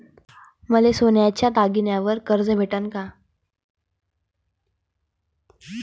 मले सोन्याच्या दागिन्यावर कर्ज भेटन का?